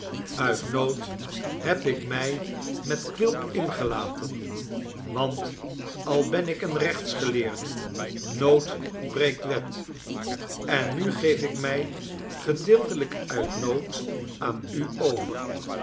uit nood heb ik mij met quilp ingelaten want al ben ik een rechtsgeleerde nood breekt wet en nu geef ik mij gedeeltelijk uit nood aan u over